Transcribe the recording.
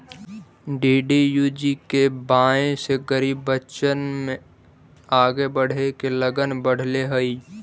DDUGKY से गरीब बच्चन में आगे बढ़े के लगन बढ़ले हइ